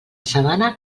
sabana